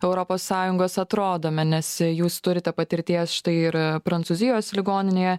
europos sąjungos atrodome nes jūs turite patirties štai ir prancūzijos ligoninėje